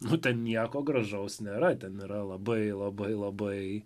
nu ten nieko gražaus nėra ten yra labai labai labai